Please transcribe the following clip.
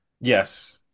Yes